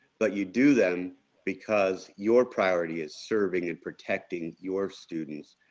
but you do them because your priority is serving and protecting your students,